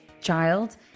child